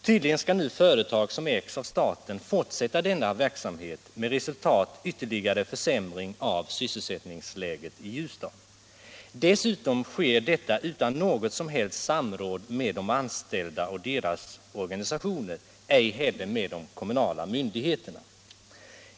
Tydligen skall nu företag som ägs av staten fortsätta denna verksamhet med som resultat en ytterligare försämring av sysselsättningsläget i Ljusdal. Dessutom sker detta utan något som helst samråd med de anställda och deras organisationer. Ej heller har något samråd förekommit med de kommunala myndigheterna.